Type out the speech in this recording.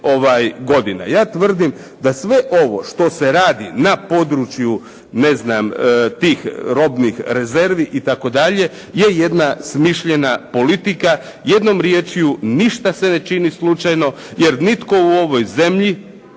Ja tvrdima da sve ovo što se radi na području tih robnih rezervi itd. je jedna smišljena politika, jednom riječju ništa se ne čini slučajno jer nitko u ovoj zemlji,